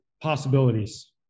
possibilities